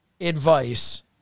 advice